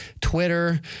Twitter